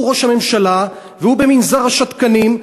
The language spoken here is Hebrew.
הוא ראש הממשלה, והוא במנזר השתקנים.